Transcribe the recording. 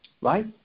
right